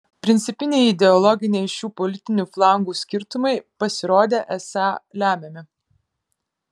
principiniai ideologiniai šių politinių flangų skirtumai pasirodė esą lemiami